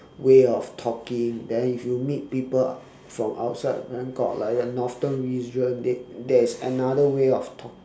way of talking then if you meet people from outside then got like the northern region they there is another way of talking